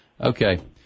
Okay